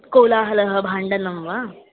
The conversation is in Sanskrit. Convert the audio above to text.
कोलाहलः भाण्डणं वा